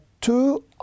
two